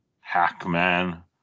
Hackman